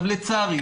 לצערי